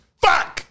Fuck